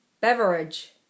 Beverage